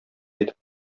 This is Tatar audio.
әйтеп